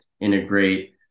integrate